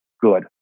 good